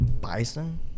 bison